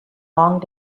long